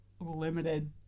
limited